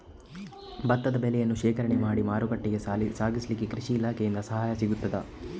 ಭತ್ತದ ಬೆಳೆಯನ್ನು ಶೇಖರಣೆ ಮಾಡಿ ಮಾರುಕಟ್ಟೆಗೆ ಸಾಗಿಸಲಿಕ್ಕೆ ಕೃಷಿ ಇಲಾಖೆಯಿಂದ ಸಹಾಯ ಸಿಗುತ್ತದಾ?